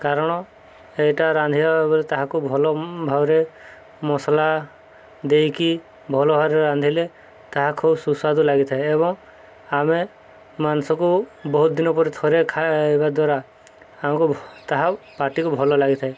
କାରଣ ଏଇଟା ରାନ୍ଧିବା ବା ତାହାକୁ ଭଲଭାବରେ ମସଲା ଦେଇକି ଭଲଭାବରେ ରାନ୍ଧିଲେ ତାହା ଖୁବ ସୁସ୍ୱାଦୁ ଲାଗିଥାଏ ଏବଂ ଆମେ ମାଂସକୁ ବହୁତ ଦିନ ପରେ ଥରେ ଖାଇବା ଦ୍ୱାରା ଆମକୁ ତାହା ପାଟିକୁ ଭଲ ଲାଗିଥାଏ